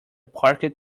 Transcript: parked